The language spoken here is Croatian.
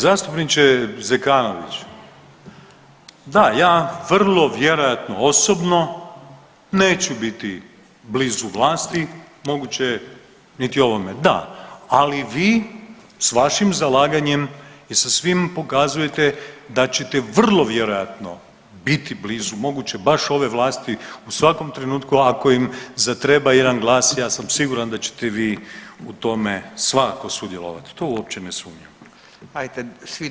Zastupniče Zekanović, da ja vrlo vjerojatno osobno neću biti blizu vlasti, moguće niti u ovome, da, ali vi s vašim zalaganjem i sa svim pokazujete da ćete vrlo vjerojatno biti blizu, moguće baš ove vlasti u svakom trenutku ako im zatreba jedan glas, ja sam siguran da ćete vi u tome svakako sudjelovat u to uopće ne sumnjam.